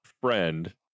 friend